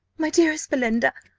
my dearest belinda,